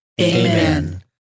Amen